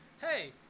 hey